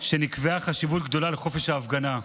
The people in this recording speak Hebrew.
שבה נקבעה חשיבות גדולה לחופש ההפגנה.